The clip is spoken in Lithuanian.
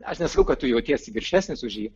aš nesakau kad tu jautiesi viršesnis už jį